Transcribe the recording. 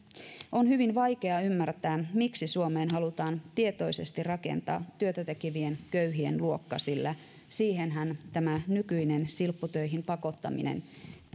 on hyvin vaikea ymmärtää miksi suomeen halutaan tietoisesti rakentaa työtä tekevien köyhien luokka sillä siihenhän tämä nykyinen silpputöihin pakottaminen